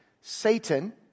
Satan